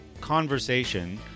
conversation